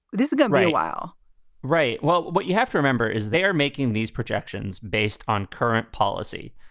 this is good, right? while right well, what you have to remember is they are making these projections based on current policy.